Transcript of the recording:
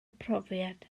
profiad